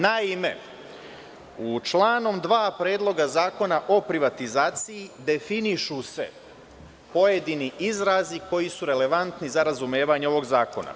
Naime, članom 2. Predloga zakona o privatizaciji definišu se pojedini izrazi koji su relevantni za razumevanje ovog zakona.